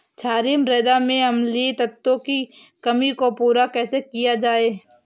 क्षारीए मृदा में अम्लीय तत्वों की कमी को पूरा कैसे किया जाए?